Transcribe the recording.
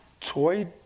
Toy